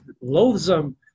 loathsome